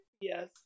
yes